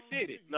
city